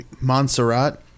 Montserrat